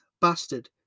bastard